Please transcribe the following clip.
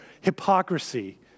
hypocrisy